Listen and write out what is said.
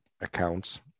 accounts